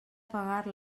pagar